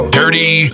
dirty